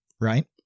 right